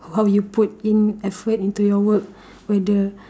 how you put in effort into your work whether